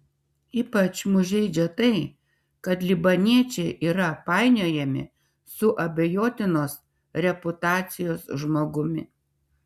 ypač mus žeidžia tai kad libaniečiai yra painiojami su abejotinos reputacijos žmogumi